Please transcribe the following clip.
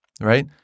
right